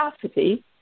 capacity